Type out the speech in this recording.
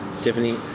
Tiffany